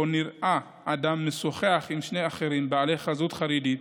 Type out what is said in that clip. שבו נראה אדם משוחח עם שני אחרים בעלי חזות חרדית,